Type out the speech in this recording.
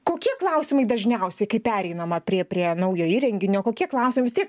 kokie klausimai dažniausiai kai pereinama prie prie naujo įrenginio kokie klausimai vis tiek